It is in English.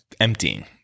emptying